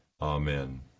Amen